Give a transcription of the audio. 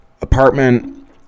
apartment